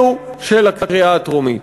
של הקריאה הטרומית.